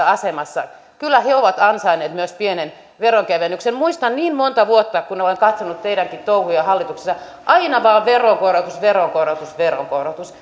asemassa kyllä he ovat ansainneet myös pienen veronkevennyksen muistan niin monta vuotta kun olen katsonut teidänkin touhujanne hallituksessa aina vain veronkorotus veronkorotus veronkorotus